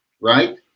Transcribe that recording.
right